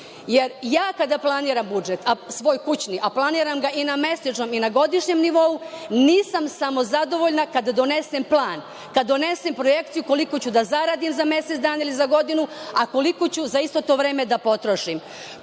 Jer, ja kada planiram budžet, svoj kućni, a planiram ga i na mesečnom i na godišnjem nivou, nisam samozadovoljna kada donesem plan, kada donesem projekciju koliko ću da zaradim za mesec dana ili za godinu, a koliko ću za isto to vreme da potrošim.